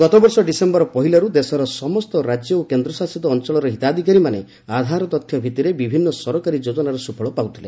ଗତ ବର୍ଷ ଡିସେମ୍ବର ପହିଲାରୁ ଦେଶର ସମସ୍ତ ରାଜ୍ୟ ଓ କେନ୍ଦ୍ରଶାସିତ ଅଞ୍ଚଳର ହିତାଧିକାରୀମାନେ ଆଧାର ତଥ୍ୟ ଭିତ୍ତିରେ ବିଭିନ୍ନ ସରକାରୀ ଯୋଜନାର ସୁଫଳ ପାଉଥିଲେ